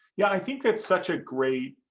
yeah i think that's such a great